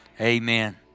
Amen